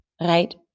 Right